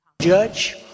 Judge